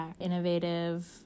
innovative